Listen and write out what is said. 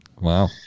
Wow